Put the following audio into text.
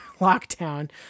lockdown